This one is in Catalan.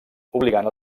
obligant